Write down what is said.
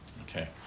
Okay